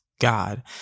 God